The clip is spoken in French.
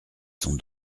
sont